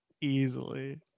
easily